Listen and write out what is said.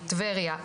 טבריה,